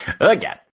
Again